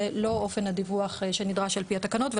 לא אופן הדיווח שנדרש על פי התקנות,